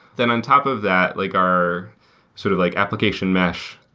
then on top of that, like our sort of like application mesh.